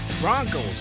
Broncos